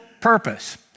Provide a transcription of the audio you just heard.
purpose